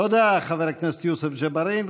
תודה, חבר הכנסת יוסף ג'בארין.